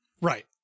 Right